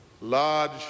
large